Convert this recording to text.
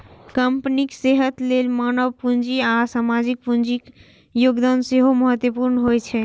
कंपनीक सेहत लेल मानव पूंजी आ सामाजिक पूंजीक योगदान सेहो महत्वपूर्ण होइ छै